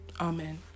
Amen